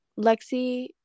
Lexi